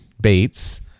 Bates